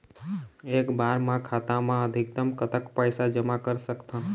एक बार मा खाता मा अधिकतम कतक पैसा जमा कर सकथन?